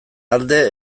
alde